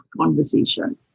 conversation